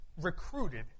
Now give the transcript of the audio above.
recruited